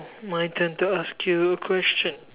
my turn to ask you a question